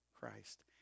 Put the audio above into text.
Christ